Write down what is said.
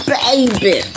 baby